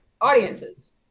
audiences